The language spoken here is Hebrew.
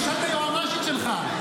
תשאל את היועמ"שית שלך.